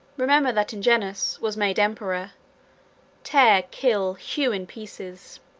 remember that ingenuus was made emperor tear, kill, hew in pieces.